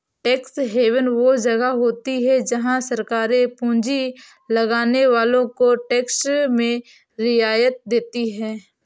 tax haven वो जगह होती हैं जहाँ सरकारे पूँजी लगाने वालो को टैक्स में रियायत देती हैं